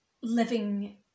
living